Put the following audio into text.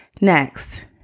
Next